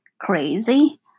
crazy